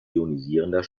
ionisierender